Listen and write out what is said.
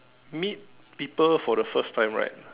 meet people for the first time right